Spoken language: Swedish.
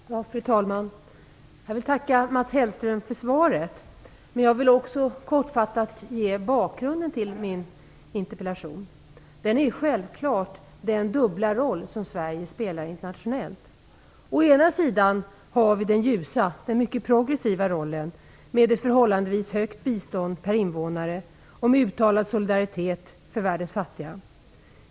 Fru talman! Jag vill tacka Mats Hellström för svaret. Jag vill också ge en kortfattad bakgrund till min interpellation. Bakgrunden är självklart den dubbla roll som Sverige spelar internationellt. Å ena sidan har vi den ljusa, mycket progressiva, rollen med ett förhållandevis högt bistånd per invånare och uttalad solidaritet för världens fattiga.